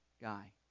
guy